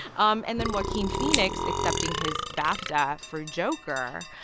um and then joaquin phoenix accepting his bafta for joker.